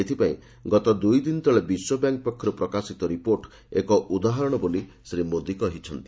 ଏଥିପାଇଁ ଗତ ଦୂଇ ଦିନ ତଳେ ବିଶ୍ୱବ୍ୟାଙ୍କ୍ ପକ୍ଷରୁ ପ୍ରକାଶିତ ରିପୋର୍ଟ ଏକ ଉଦାହରଣ ବୋଲି ଶ୍ରୀ ମୋଦି କହିଛନ୍ତି